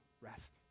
rest